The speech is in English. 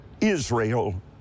Israel